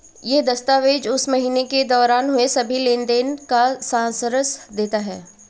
यह दस्तावेज़ उस महीने के दौरान हुए सभी लेन देन का सारांश देता है